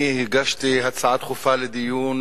אני הגשתי הצעה דחופה לדיון